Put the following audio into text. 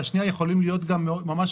למה?